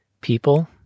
people